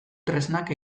tresnak